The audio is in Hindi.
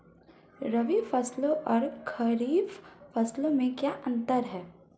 रबी फसलों और खरीफ फसलों में क्या अंतर है?